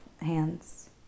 hands